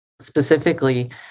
specifically